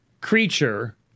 creature